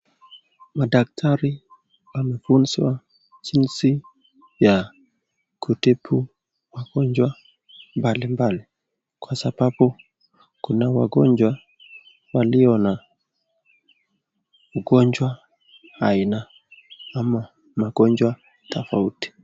Madaktari wamefunzwa jinsi ya kutibu wagonjwa mbalimbali Kwa sababu kuna wagonjwa walio na ugonjwa aina ama magonjwa tofauti.